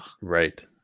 right